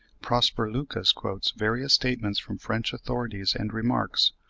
prosper lucas quotes various statements from french authorities, and remarks,